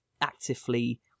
actively